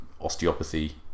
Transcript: osteopathy